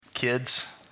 Kids